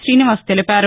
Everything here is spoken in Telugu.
శీనివాస్ తెలిపారు